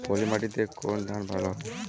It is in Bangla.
পলিমাটিতে কোন ধান ভালো হয়?